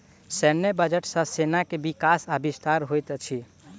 सैन्य बजट सॅ सेना के विकास आ विस्तार होइत अछि